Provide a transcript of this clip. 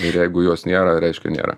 ir jeigu jos nėra reiškia nėra